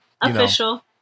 official